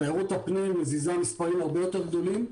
תיירות הפנים מזיזה מספרים הרבה יותר גדולים,